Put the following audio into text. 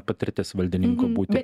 patirtis valdininku būti